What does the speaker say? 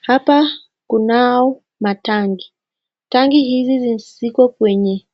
Hapa kunao matangi. Tangi hizi ziko kwenye